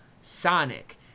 sonic